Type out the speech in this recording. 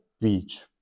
beach